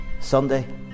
Sunday